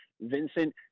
Vincent